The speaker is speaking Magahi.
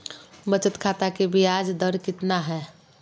बचत खाता के बियाज दर कितना है?